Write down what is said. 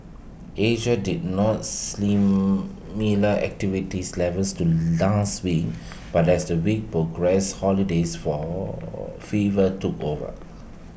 Asia did not slim miller activities levels to last week but as the week progressed holidays for fever took over